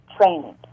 training